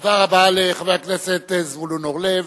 תודה רבה לחבר הכנסת זבולון אורלב.